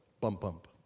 bump-bump